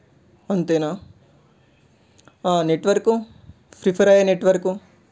అంతేనా network prefer అయ్యే network